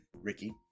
Ricky